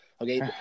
okay